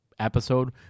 episode